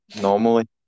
normally